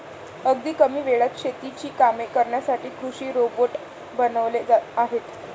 अगदी कमी वेळात शेतीची कामे करण्यासाठी कृषी रोबोट बनवले आहेत